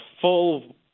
full